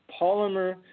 polymer